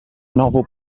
novel